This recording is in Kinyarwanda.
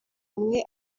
bumwe